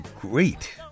great